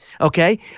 okay